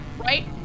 right